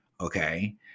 okay